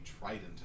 trident